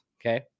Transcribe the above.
okay